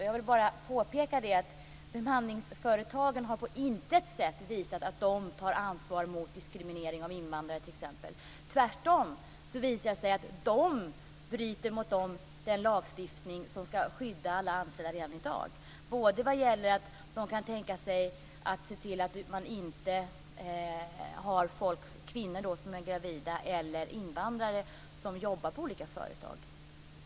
Jag vill bara påpeka att bemanningsföretagen på intet sätt har visat att de tar ansvar mot t.ex. diskriminering av invandrare. Tvärtom visar det sig att de bryter mot den lagstiftning som ska skydda alla anställda redan i dag, i fråga om att inte anställa såväl gravida kvinnor som invandrare på olika företag.